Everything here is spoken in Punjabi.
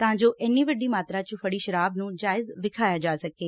ਤਾਂ ਜੋ ਇਨ੍ਹੀਂ ਵੱਡੀ ਮਾਤਰਾ ਵਿਚ ਫੜੀ ਗਈ ਸ਼ਰਾਬ ਨੁੰ ਜਾਇਜ਼ ਵਿਖਾਇਆ ਜਾ ਸਕੇ